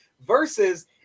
versus